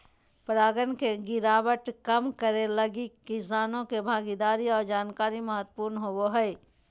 परागण के गिरावट कम करैय लगी किसानों के भागीदारी और जानकारी महत्वपूर्ण होबो हइ